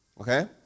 okay